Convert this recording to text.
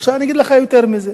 עכשיו אני אגיד לך יותר מזה,